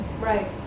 right